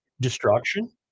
destruction